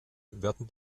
werden